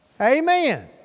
Amen